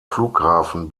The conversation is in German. flughafen